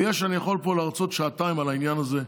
אני יכול להרצות פה שעתיים על העניין הזה,